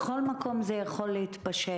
בכל מקום זה יכול להתפשט,